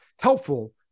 helpful